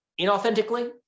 inauthentically